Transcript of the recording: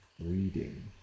reading